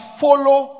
follow